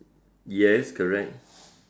yes correct